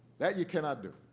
that you cannot do.